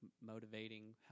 motivating